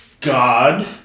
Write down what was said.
God